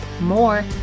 more